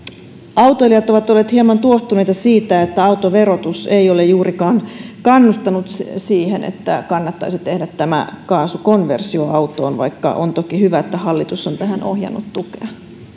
autoilijat ovat olleet hieman tuohtuneita siitä että autoverotus ei ole juurikaan kannustanut siihen että kannattaisi tehdä tämä kaasukonversio autoon vaikka on toki hyvä että hallitus on tähän ohjannut tukea